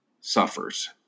suffers